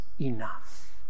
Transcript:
enough